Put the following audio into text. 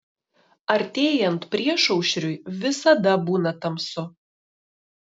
artėjant priešaušriui visada būna tamsu